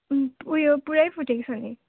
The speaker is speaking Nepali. उयो पुरै फुटेको छ नि